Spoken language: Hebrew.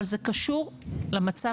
אבל זה קשור למצב